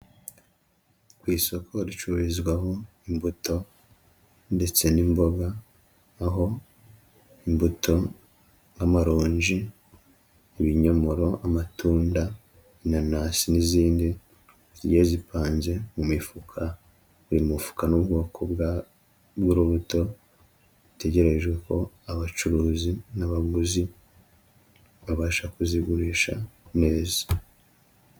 Ku isoko ricururizwaho imbuto ndetse n'imboga, aho imbuto nk'amaroji, ibinyomoro, amatunda, inanasi n'izindi zigiye zipanze mu mifuka, uyu mufuka n'ubwoko bw'urubuto bitegerejwe ko abacuruzi n'abaguzi babasha kuzigurisha neza.